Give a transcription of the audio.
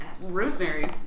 Rosemary